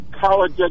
college